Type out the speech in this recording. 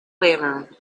lantern